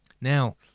Now